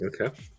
Okay